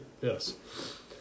Yes